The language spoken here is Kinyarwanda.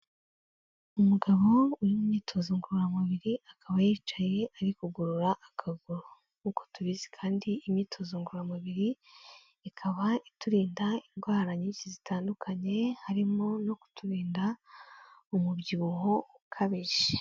Umugabo uri imyitozo ngororamubiri, akaba yicaye ari kugorora akaguru .nk'uko tubizi kandi imyitozo ngororamubiri ikaba iturinda indwara nyinshi zitandukanye, harimo no kuturinda umubyibuho ukabije.